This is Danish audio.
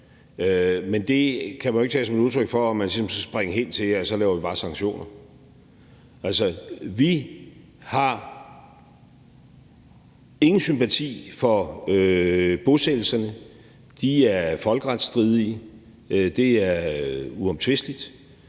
Men det kan man jo ikke tage som et udtryk for, at man ligesom skal springe hen til, at så laver vi bare sanktioner. Altså, vi har ingen sympati for bosættelserne; de er folkeretsstridige. Det er uomtvisteligt.